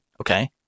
okay